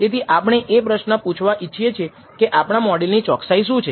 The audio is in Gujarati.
તેથી આપણે એ પ્રશ્ન પૂછવા ઈચ્છીએ કે આપણા મોડલની ચોકસાઈ શું છે